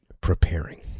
Preparing